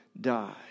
die